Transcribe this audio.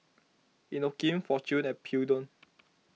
Inokim fortune and Peugeot